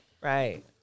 right